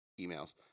emails